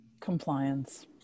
Compliance